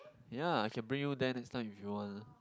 ya I can bring you then next time if you want lah